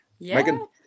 Megan